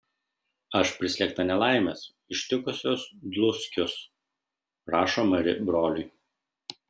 aš prislėgta nelaimės ištikusios dluskius rašo mari broliui